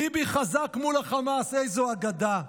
ביבי חזק מול החמאס, איזו אגדה.